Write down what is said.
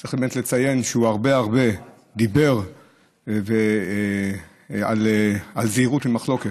וצריך באמת לציין שהוא הרבה הרבה דיבר על זהירות ממחלוקת,